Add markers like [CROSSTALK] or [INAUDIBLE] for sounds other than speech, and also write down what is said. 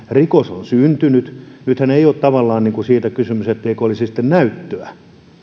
[UNINTELLIGIBLE] rikos on syntynyt nythän ei ole tavallaan siitä kysymys etteikö olisi sitten näyttöä